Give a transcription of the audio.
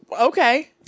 Okay